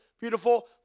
beautiful